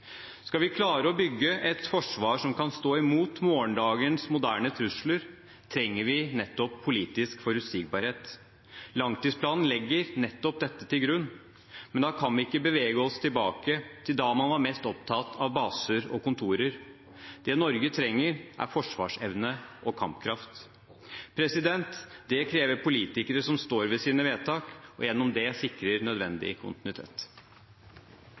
Skal vi klare å bygge et forsvar som kan stå imot morgendagens moderne trusler, trenger vi politisk forutsigbarhet. Langtidsplanen legger nettopp dette til grunn. Men da kan vi ikke bevege oss tilbake til da man var mest opptatt av baser og kontorer. Det Norge trenger, er forsvarsevne og kampkraft. Det krever politikere som står ved sine vedtak, og gjennom det sikrer nødvendig kontinuitet.